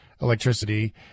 electricity